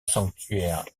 sanctuaire